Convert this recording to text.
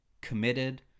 committed